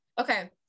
Okay